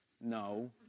no